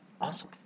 awesome